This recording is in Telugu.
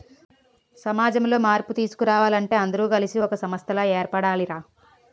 సమాజంలో మార్పు తీసుకురావాలంటే అందరూ కలిసి ఒక సంస్థలా ఏర్పడాలి రా